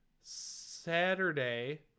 Saturday